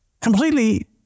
Completely